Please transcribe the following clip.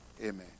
Amen